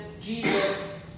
Jesus